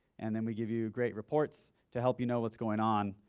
and then we give you grade reports to help you know what's going on.